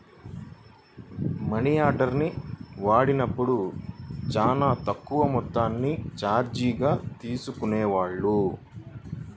మనియార్డర్ని వాడినప్పుడు చానా తక్కువ మొత్తాన్ని చార్జీలుగా తీసుకునేవాళ్ళు